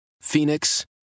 Phoenix